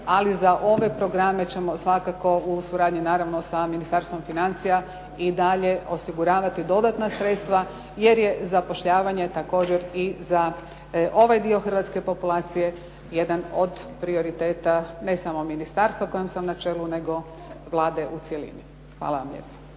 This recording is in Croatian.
ali za ove programe ćemo svakako u suradnji naravno sa Ministarstvom financija i dalje osiguravati dodatna sredstva jer je zapošljavanje također i za ovaj dio hrvatske populacije jedan od prioriteta ne samo ministarstva kojem sam na čelu, nego Vlade u cjelini. Hvala vam lijepa.